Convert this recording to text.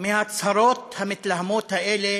מההצהרות המתלהמות האלה